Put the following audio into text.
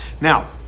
Now